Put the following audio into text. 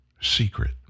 secret